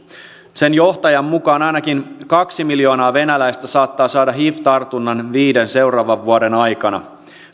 johtajan mukaan ainakin kaksi miljoonaa venäläistä saattaa saada hiv tartunnan seuraavan viiden vuoden aikana